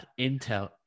Intel